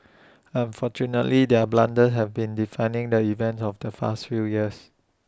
unfortunately their blunders have been did finding the event of the fast few years